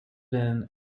been